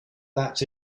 that’s